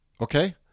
Okay